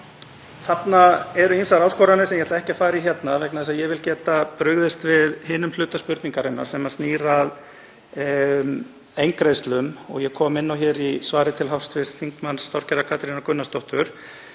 Þarna eru ýmsar áskoranir sem ég ætla ekki að fara í hérna vegna þess að ég vil geta brugðist við hinum hluta spurningarinnar sem snýr að eingreiðslum, ég kom inn á það í svari til hv. þm. Þorgerðar Katrínar Gunnarsdóttur.